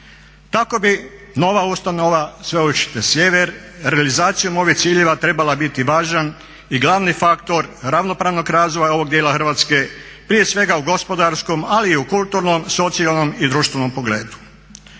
Tako bi nova ustanova Sveučilište Sjever realizacijom ovih ciljeva trebala biti važan i glavni faktor ravnopravnog razvoja ovog dijela Hrvatske prije svega u gospodarskom ali i u kulturnom, socijalnom i društvenom pogledu.